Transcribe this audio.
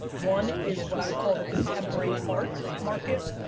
one is what i would call the contemporary art market.